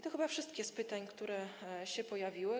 To chyba wszystkie pytania, które się pojawiły.